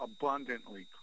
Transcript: abundantly